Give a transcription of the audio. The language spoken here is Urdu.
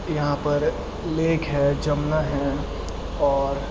یہاں پر لیک ہے جمنا ہے اور